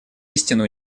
истинно